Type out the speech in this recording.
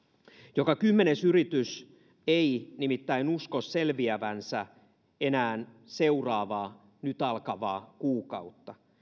joka kymmenes yritys ei nimittäin usko selviävänsä enää seuraavaa nyt alkavaa kuukautta